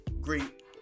Great